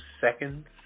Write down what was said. seconds